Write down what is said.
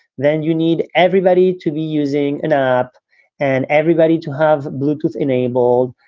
then you need everybody to be using an app and everybody to have bluetooth enabled.